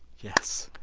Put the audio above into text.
yes,